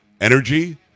energy